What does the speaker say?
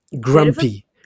Grumpy